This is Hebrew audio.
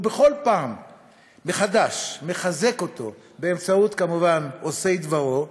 ובכל פעם מחדש מחזק אותו באמצעות עושי דברו,